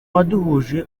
waduhuje